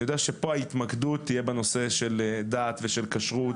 אני יודע שפה ההתמקדות תהיה בנושא של דת ושל כשרות.